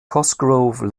cosgrove